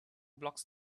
blocks